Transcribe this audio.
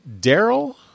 Daryl